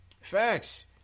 Facts